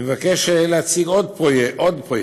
אני מבקש להציג עוד פרויקט: